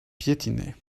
piétinait